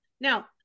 Now